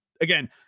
again